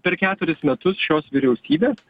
per keturis metus šios vyriausybės